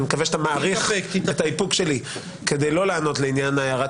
אני מקווה שאתה מעריך את האיפוק שלי כדי לא לענות להערת